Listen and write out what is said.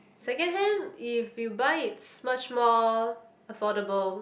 second hand if you buy it's much more affordable